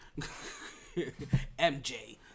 MJ